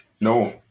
No